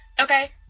Okay